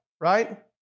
right